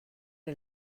est